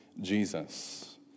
Jesus